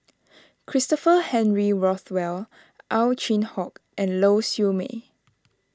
Christopher Henry Rothwell Ow Chin Hock and Lau Siew Mei